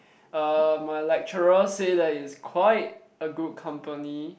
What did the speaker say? um my lecturer say that is quite a good company